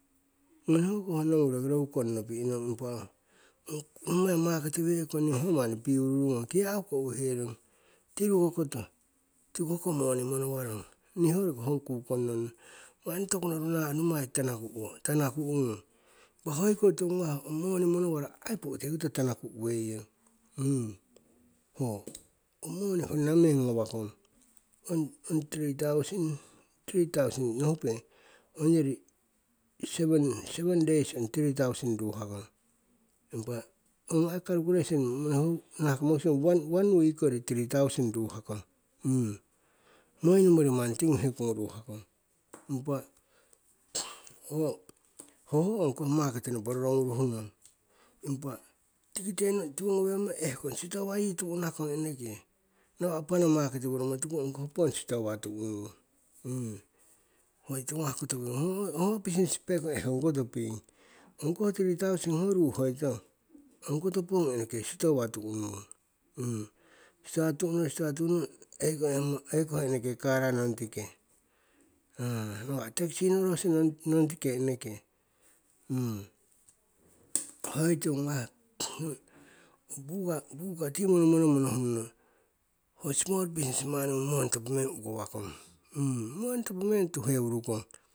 Noni ho koh nongu roki roruki kongnopi'nong impa nommai markete we'kong ningi ho manni piururu ngong, kiakuko uwiherong, tiruko koto tiko hoko moni monowarong. Niho roki ho kukong nong, mani toku noru nahah nommai tanaku, tanaku' ngung, impa hoi ko tiwo ngawah ong moni monowaro ai po'te koto tanaku'wei yong. Ong moni honna meng ngawakong, ong tiri tausen, nohupe ongyori seven, seven days ong tri tausin ruhakong, impa ong ai calculation ong nahah ko mokusing one- week kori tri tausin ruhakong, moi nomori manni tingu hekongu ruhakong. Impa ho ho ongkoh market nopo roronguruh nong, tiki tiwo ngowemmo stowa yii eneke tu'nakong nawa' panna market woromo tuku ong koh pong stowa tu'nung ho business pekong ehkong koto ping. Ong ko tri tausin ho ruhoitong, ongkoto pong eneke stowa tu'nung, stowa tu'nuro stowa tu'nuro eneke oingoh eneke kara nongtike nawa' taxi norosu nongtike eneke. ho tiwo ngawah. Buka tii monomono nohung nono ho small businessman ngung moni topo meng ukowakong, moni topo meng tuheurukong.